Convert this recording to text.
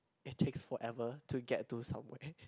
it takes forever to get to somewhere